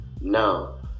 now